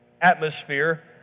atmosphere